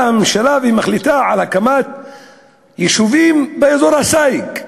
באה הממשלה ומחליטה על הקמת יישובים באזור הסייג.